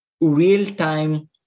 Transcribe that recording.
real-time